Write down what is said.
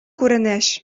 күренеш